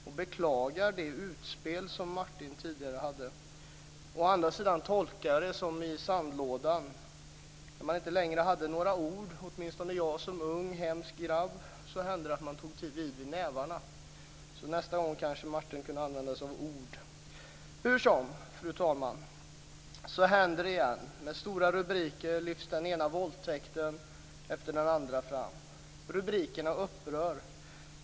Jag beklagar det utspel som Martin tidigare hade. Å andra sidan tolkar jag det som i sandlådan: När man inte längre hade några ord hände det - åtminstone gäller det mig som ung, hemsk grabb - att man tog till nävarna. Nästa gång kanske Martin kunde använda sig av ord. Hur som helst, fru talman, så händer det nu igen. Med stora rubriker lyfts den ena våldtäkten efter den andra fram. Rubrikerna upprör.